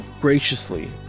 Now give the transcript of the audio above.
graciously